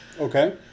Okay